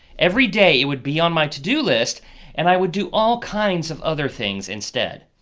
everyday it would be on my to-do list and i would do all kinds of other things instead.